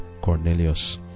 cornelius